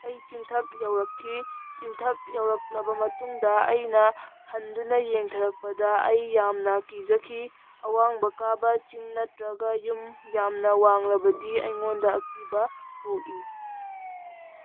ꯑꯩ ꯆꯤꯡꯊꯛ ꯌꯧꯔꯛꯈꯤ ꯆꯤꯡꯊꯛ ꯌꯧꯔꯛꯂꯕ ꯃꯇꯨꯡꯗ ꯑꯩꯅ ꯍꯟꯗꯨꯅ ꯌꯦꯡꯊꯔꯛꯄꯗ ꯑꯩ ꯌꯥꯝꯅ ꯀꯤꯖꯈꯤ ꯑꯋꯥꯡꯕ ꯀꯥꯕ ꯆꯤꯡ ꯅꯠꯇ꯭ꯔꯒ ꯌꯨꯝ ꯌꯥꯝꯅ ꯋꯥꯡꯂꯕꯗꯤ ꯑꯩꯉꯣꯟꯗ ꯑꯀꯤꯕ ꯄꯣꯛꯏ